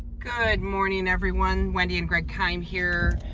good morning everyone, wendy and greg kime here.